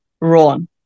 run